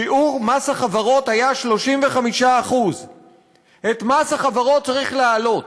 שיעור מס החברות היה 35%. את מס החברות צריך להעלות.